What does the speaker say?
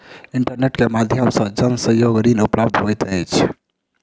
internet के माध्यम से जन सहयोग ऋण उपलब्ध होइत अछि